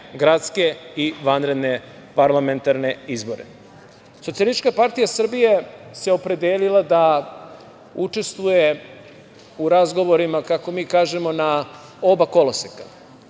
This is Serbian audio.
gradske i vanredne parlamentarne izbore. Socijalistička partija Srbije se opredelila da učestvuje u razgovorima, kako mi kažemo, na oba koloseka.